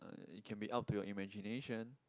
it can be up to your imagination